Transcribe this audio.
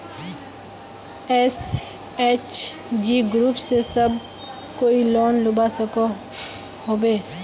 SHG group से सब कोई लोन लुबा सकोहो होबे?